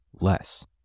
less